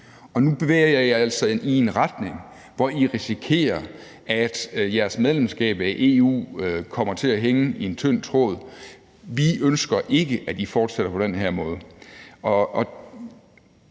nu bevæger I jer altså i en retning, hvor I risikerer, at jeres medlemskab af EU kommer til at hænge i en tynd tråd. Vi ønsker ikke, at I fortsætter på den her måde.